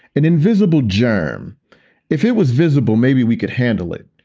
an invisible germ if it was visible, maybe we could handle it.